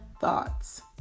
Thoughts